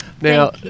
Now